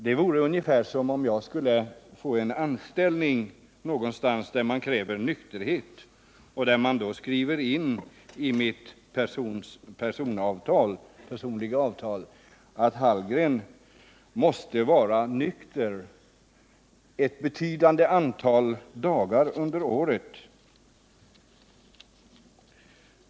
Det vore ungefär som om jag skulle få anställning någonstans där man kräver nykterhet och där man skriver in i mitt personliga avtal att Hallgren måste vara nykter ett betydande antal dagar under året.